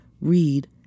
read